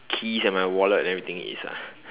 keys and my wallet everything is ah